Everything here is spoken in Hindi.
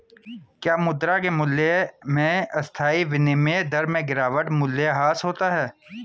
क्या मुद्रा के मूल्य में अस्थायी विनिमय दर में गिरावट मूल्यह्रास होता है?